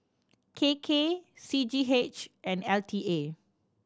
K K C G H and L T A